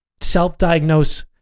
self-diagnose